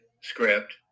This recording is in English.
script